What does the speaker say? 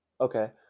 Okay